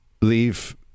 leave